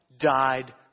died